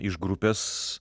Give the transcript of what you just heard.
iš grupės